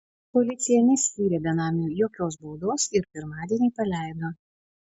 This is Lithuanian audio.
policija neskyrė benamiui jokios baudos ir pirmadienį paleido